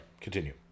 Continue